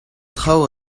traoù